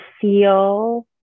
feel